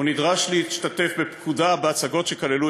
הוא נדרש להשתתף בפקודה בהצגות שכללו